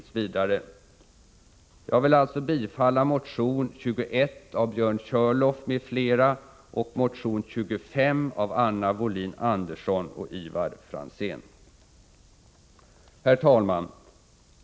Jag vill alltså att riksdagen skall bifalla motion 21 av Björn Körlof m.fl. och motion 25 av Anna Wohlin-Andersson och Ivar Franzén. Herr talman!